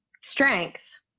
strength